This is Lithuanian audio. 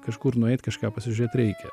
kažkur nueit kažką pasižiūrėt reikia